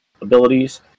abilities